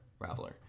Raveler